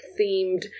themed